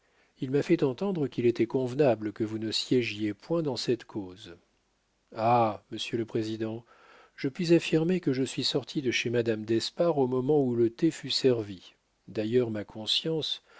il m'a fait entendre qu'il était convenable que vous ne siégiez point dans cette cause ah monsieur le président je puis affirmer que je suis sorti de chez madame d'espard au moment où le thé fut servi d'ailleurs ma conscience